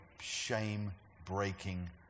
shame-breaking